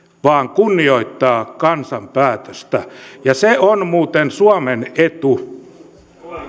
vaan kunnioittaa kansan päätöstä ja se on muuten suomen etu